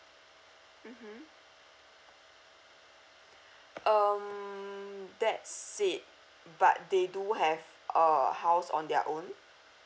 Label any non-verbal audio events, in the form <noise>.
mmhmm <breath> um that's it but they do have uh house on their own